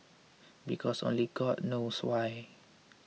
because only god knows why